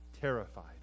terrified